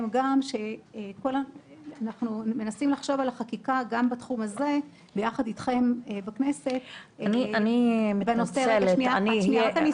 אנחנו מנסים לחשוב על החקיקה גם בתחום הזה ביחד איתכם בכנסת בנושא הזה.